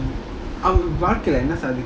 அவனபார்த்தியா:avana parthia